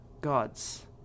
gods